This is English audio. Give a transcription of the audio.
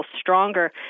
stronger